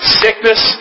sickness